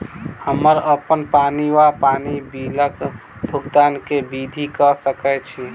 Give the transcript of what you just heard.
हम्मर अप्पन पानि वा पानि बिलक भुगतान केँ विधि कऽ सकय छी?